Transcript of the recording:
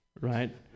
Right